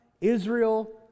Israel